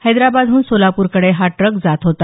हैद्राबादहून सोलापूरकडे हा ट्रक जात होता